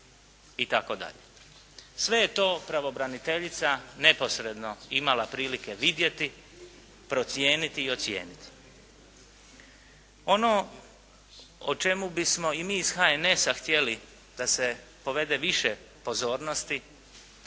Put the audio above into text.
itd. Sve je to pravobraniteljica neposredno imala prilike vidjeti, procijeniti i ocijeniti. Ono o čemu bismo i mi iz HNS-a htjeli da se povede više pozornosti